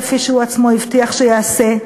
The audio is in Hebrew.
כפי שהוא עצמו הבטיח שיעשה,